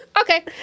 Okay